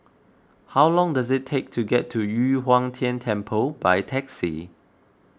how long does it take to get to Yu Huang Tian Temple by taxi